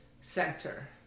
center